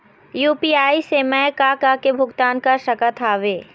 UPI से मैं का का के भुगतान कर सकत हावे?